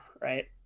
right